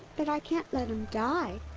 but i can't let him die.